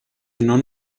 non